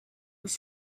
was